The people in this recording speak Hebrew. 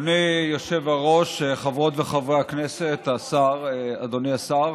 אדוני היושב-ראש, חברות וחברי הכנסת, אדוני השר,